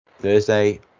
Thursday